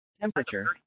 Temperature